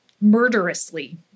murderously